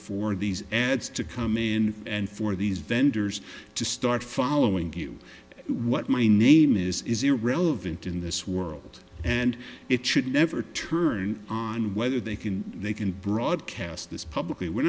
for these ads to come in and for these vendors to start following you what my name is is irrelevant in this world and it should never turn on whether they can they can broadcast this publicly